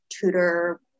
tutor